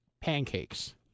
pancakes